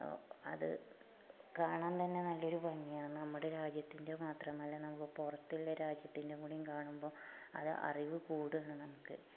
അത് കാണാൻ തന്നെ നല്ലൊരു ഭംഗിയാണ് നമ്മുടെ രാജ്യത്തിൻ്റെ മാത്രമല്ല നമ്മുക്ക് പുറത്തുള്ള രാജ്യത്തിൻറ്റെം കൂടിം കാണുമ്പോൾ അത് അറിവ് കൂടാണ് നമുക്ക്